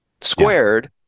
squared